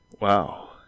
Wow